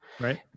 right